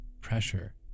pressure